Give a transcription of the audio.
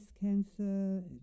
cancer